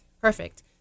Perfect